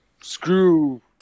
screw